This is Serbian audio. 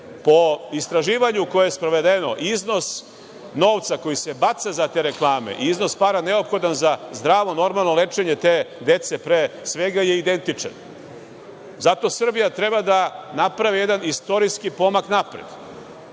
istraživanju koje je sprovedeno, iznos novca koji se baca za te reklame i iznos para neophodan za zdravo, normalno lečenje te dece pre svega je identičan. Zato Srbija treba da napravi jedan istorijski pomak napred,